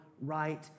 right